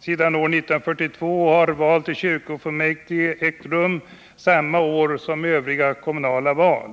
Sedan år 1942 har val till kyrkofullmäktige ägt rum samma år som övriga kommunala val.